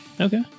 okay